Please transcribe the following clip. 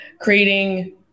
creating